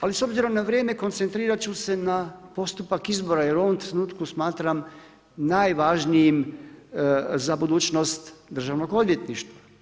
Ali s obzirom na vrijeme, koncentrirat ću se na postupak izbora jer u ovom trenutku smatram najvažnijim za budućnost Državnog odvjetništva.